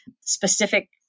specific